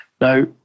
Now